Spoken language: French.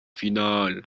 final